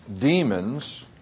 demons